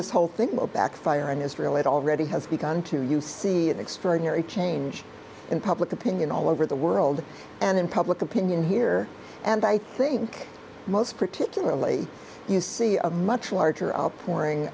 this whole thing backfire on israel it already has begun to you see an extraordinary change in public opinion all over the world and in public opinion here and i think most particularly you see a much larger outpouring